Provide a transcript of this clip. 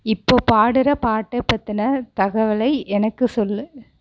இப்போது பாடுகிற பாட்டை பற்றின தகவலை எனக்கு சொல்